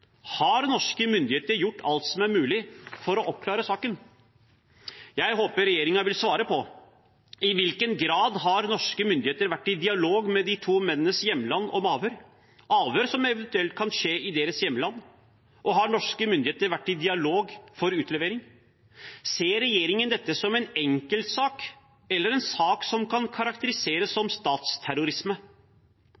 Har norske myndigheter gjort alt som er mulig for å oppklare saken? Jeg håper regjeringen vil svare: I hvilken grad har norske myndigheter vært i dialog med de to mennenes hjemland om avhør? Det er avhør som eventuelt kan skje i deres hjemland. Har norske myndigheter vært i dialog for utlevering? Ser regjeringen dette som en enkeltsak eller en sak som kan karakteriseres